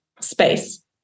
space